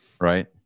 Right